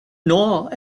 nor